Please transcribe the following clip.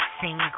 Single